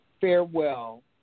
Farewell